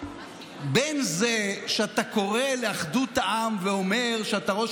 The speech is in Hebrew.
בין זה שאתה קורא לאחדות העם ואומר שאתה ראש